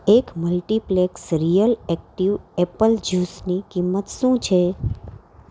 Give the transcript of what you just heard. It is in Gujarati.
એક મલ્ટીપ્લેક્સ રીયલ એક્ટિવ એપલ જ્યુસની કિંમત શું છે